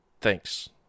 Thanks